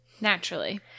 Naturally